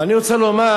ואני רוצה לומר